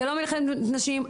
זה לא מלחמת נשים.